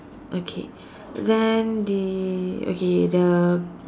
okay then the okay the